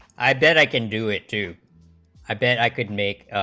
i bet i can do it too i bet i could make